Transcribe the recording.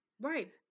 Right